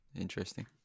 Interesting